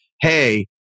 hey